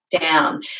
down